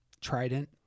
trident